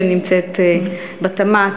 שנמצאת בתמ"ת.